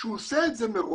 הוא עושה את זה מראש,